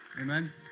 Amen